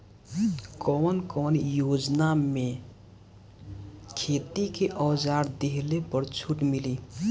कवन कवन योजना मै खेती के औजार लिहले पर छुट मिली?